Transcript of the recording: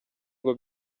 ngo